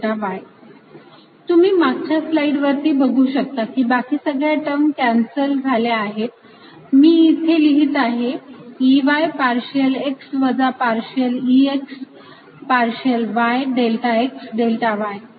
dlEY∂XXY EX∂yXY तुम्ही मागच्या स्लाईड वरती बघू शकता की बाकी सगळ्या टर्म्स कॅन्सल झाल्या आहेत मी इथे लिहित आहे Ey पार्शियल x वजा partial Ex partial y delta x delta y